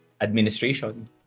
administration